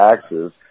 taxes